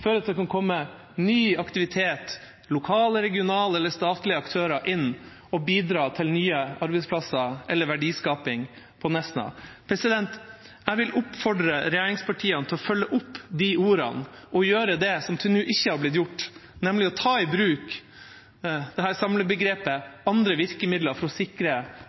det kan komme lokale, regionale eller statlige aktører og bidra til nye arbeidsplasser eller verdiskaping på Nesna. Jeg vil oppfordre regjeringspartiene til å følge opp de ordene og gjøre det som til nå ikke er blitt gjort – nemlig å ta i bruk samlebegrepet «andre virkemidler» for å sikre